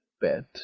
bed